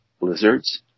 lizards